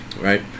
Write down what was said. right